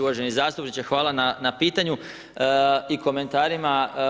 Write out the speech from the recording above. Uvaženi zastupniče, hvala na pitanju i komentarima.